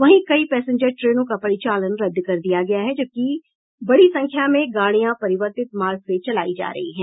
वहीं कई पैसेंजर ट्रेनों का परिचालन रद्द कर दिया गया है जबकि बड़ी संख्या में गाड़ियां परिवर्तित मार्ग से चलायी जा रही है